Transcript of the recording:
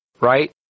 right